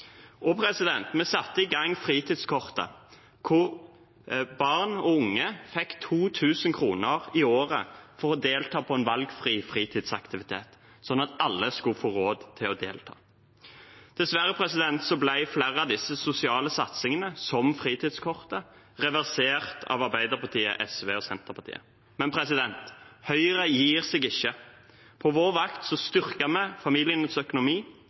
Vi satte i gang fritidskortet, hvor barn og unge fikk 2 000 kr i året til å delta på en valgfri fritidsaktivitet, sånn at alle skulle få råd til å delta. Dessverre ble flere av disse sosiale satsingene, som fritidskortet, reversert av Arbeiderpartiet, SV og Senterpartiet. Men Høyre gir seg ikke. På vår vakt styrket vi familienes økonomi,